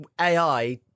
AI